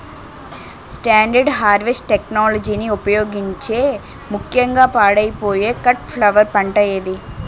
Standard harvest టెక్నాలజీని ఉపయోగించే ముక్యంగా పాడైపోయే కట్ ఫ్లవర్ పంట ఏది?